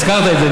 הזכרת את זה,